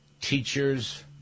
teachers